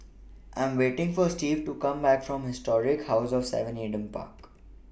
I'm waiting For Steve to Come Back from Historic House of seven Adam Park